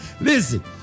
Listen